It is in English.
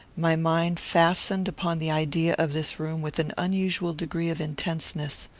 my mind fastened upon the idea of this room with an unusual degree of intenseness.